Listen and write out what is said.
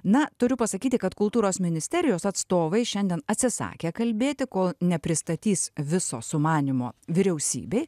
na turiu pasakyti kad kultūros ministerijos atstovai šiandien atsisakė kalbėti kol nepristatys viso sumanymo vyriausybei